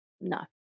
No